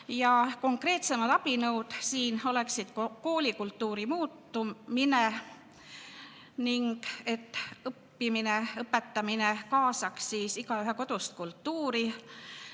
ja konkreetsemad abinõud siin oleksid koolikultuuri muutumine ning see, et õppimine-õpetamine kaasaks igaühe kodust kultuuri.